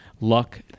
luck